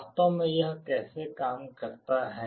वास्तव में यह कैसे काम करता है